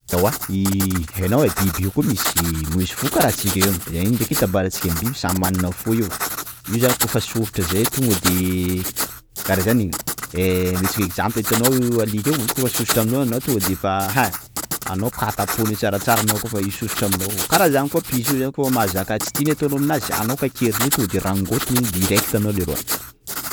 Ewa, ii hainao ai biby io koa misy misy fo karah antsika io, zegny ndraiky hitambarantsika aminy biby samy manana ny fo io, io zany koafa sosotra zay tonga de karah zany iny, eee omentsika exemple hitanao alika io, io kôfa io fa sosotra aminao, anao tonga de fa hein anao katapoiny tsaratsara anao koafa io sosotra aminao. _x000D_ Kara zany koa piso io zany koa zaka tsy tiany ataonao aminazy, anao kakeriny io tode rangotiny direct anao leroa.